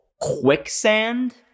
quicksand